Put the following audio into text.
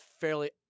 fairly